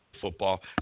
Football